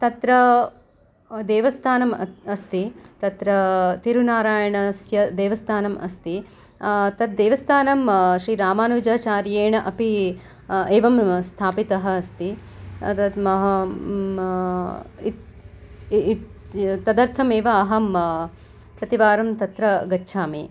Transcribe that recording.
तत्र देवस्थानम् अ अस्ति तत्र तिरुनारायणस्य देवस्थानम् अस्ति तत् देवस्थानम् श्रीरामानुजाचार्येण अपि एवं स्थपितः अस्ति तन्महा इत् इत् इत् तदर्थमेव अहम् प्रतिवारं तत्र गच्छामि